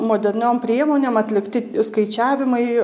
moderniom priemonėm atlikti skaičiavimai